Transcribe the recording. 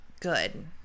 good